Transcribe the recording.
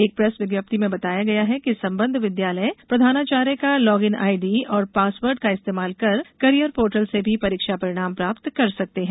एक प्रेस विज्ञप्ति में बताया गया है कि संबद्ध विद्यालय प्रधानाचार्य का लॉग इन आईडी और पासवर्ड का इस्तेमाल कर करियर्स पोर्टल से भी परीक्षा परिणाम प्राप्त कर सकते हैं